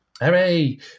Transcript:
hooray